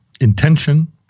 intention